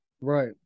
Right